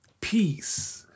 peace